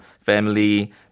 family